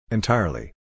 Entirely